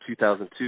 2002